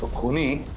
tony